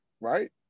right